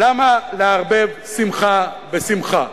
למה לערבב שמחה בשמחה?